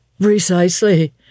Precisely